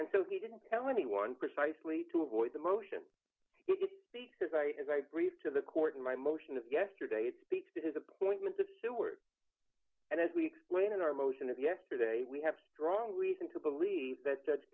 and so he didn't tell anyone precisely to avoid the motion it's peak says i as i read to the court in my motion of yesterday it speaks to his appointment of seward and as we explain in our motion of yesterday we have strong reason to believe that judge